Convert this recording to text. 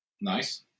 Nice